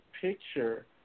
picture